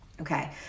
Okay